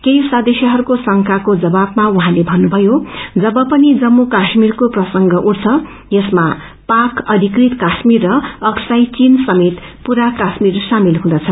केही सदस्यहरूको शंक्रको जवाबमा उह्रैले पन्नुक्जयो जब पनि जटू काश्मीरको प्रसंग उठछ यसमा पाक अधिकृत काश्मीर र अकसाई चीन समेत पूरा काश्मीर सामेत हुँदछ